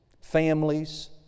families